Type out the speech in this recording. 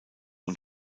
und